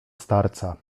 starca